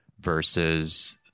versus